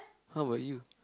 how about you